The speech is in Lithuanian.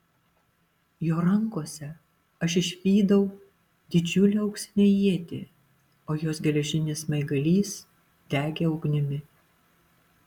jo rankose aš išvydau didžiulę auksinę ietį o jos geležinis smaigalys degė ugnimi